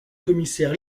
commissaire